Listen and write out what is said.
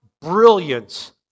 brilliant